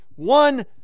one